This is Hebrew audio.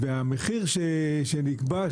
והמחיר שנקבע,